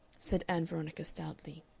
said ann veronica stoutly.